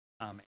Amen